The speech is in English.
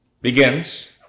begins